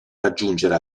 raggiungere